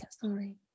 Sorry